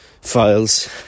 files